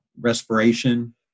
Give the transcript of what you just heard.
respiration